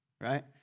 Right